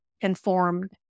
informed